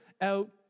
out